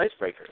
icebreakers